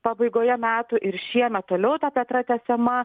pabaigoje metų ir šiemet toliau ta pra pratęsiama